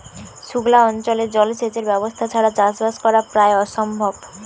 সুক্লা অঞ্চলে জল সেচের ব্যবস্থা ছাড়া চাষবাস করা প্রায় অসম্ভব